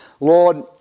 Lord